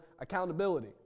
accountability